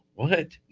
what?